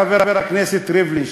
חבר הכנסת ריבלין,